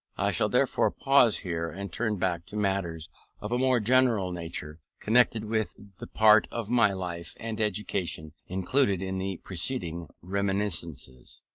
i shall therefore pause here, and turn back to matters of a more general nature connected with the part of my life and education included in the preceding reminiscences.